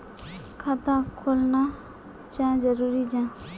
खाता खोलना चाँ जरुरी जाहा?